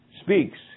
speaks